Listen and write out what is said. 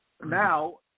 Now